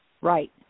Right